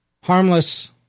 harmless